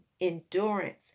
endurance